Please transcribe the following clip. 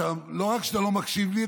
לא רק שאתה לא מקשיב לי,